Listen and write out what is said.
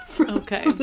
okay